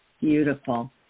Beautiful